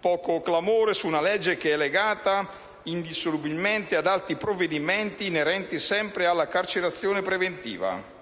poco clamore su un provvedimento che è legato indissolubilmente ad altri provvedimenti inerenti sempre alla carcerazione preventiva.